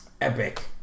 Epic